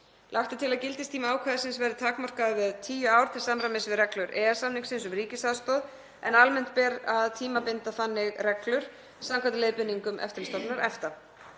Lagt er til að gildistími ákvæðisins verði takmarkaður við tíu ár til samræmis við reglur EES-samningsins um ríkisaðstoð en almennt ber að tímabinda þannig reglur samkvæmt leiðbeiningum Eftirlitsstofnunar